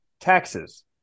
taxes